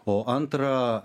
o antrą